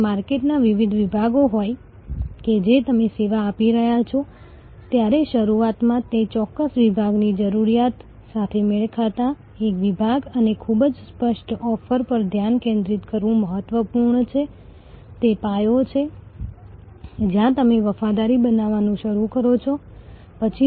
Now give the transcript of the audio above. પછી દેખીતી રીતે ગ્રાહક તમને ઓળખે છે અને દરેક પક્ષ એકબીજામાં વધુ વિશ્વાસ કેળવે છે તો આ વધારાની આવકને કારણે તમને બમણો ફાયદો થાય છે